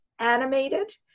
animated